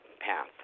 path